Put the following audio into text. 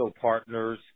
Partners